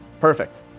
Perfect